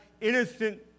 innocent